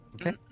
Okay